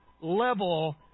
level